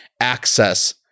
access